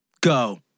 Go